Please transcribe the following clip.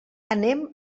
anem